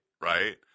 right